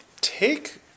take